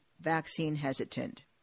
vaccine-hesitant